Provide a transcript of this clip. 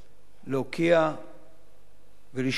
להוקיע ולשלול